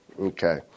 Okay